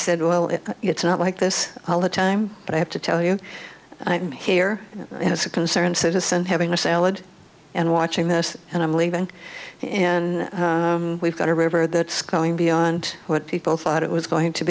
said well it's not like this all the time but i have to tell you i'm here as a concerned citizen having a salad and watching this and i'm leaving and we've got a river that's going beyond what people thought it was going to